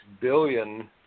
billion